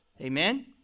Amen